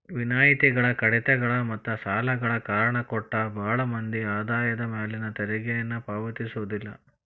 ವಿನಾಯಿತಿಗಳ ಕಡಿತಗಳ ಮತ್ತ ಸಾಲಗಳ ಕಾರಣ ಕೊಟ್ಟ ಭಾಳ್ ಮಂದಿ ಆದಾಯದ ಮ್ಯಾಲಿನ ತೆರಿಗೆನ ಪಾವತಿಸೋದಿಲ್ಲ